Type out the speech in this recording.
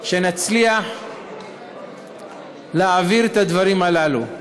שנצליח להעביר את הדברים הללו.